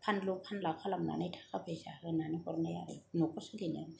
फानलु फानला खालामनानै थाखा फैसा होनानै हरनाया आरो न'खर सोलिनो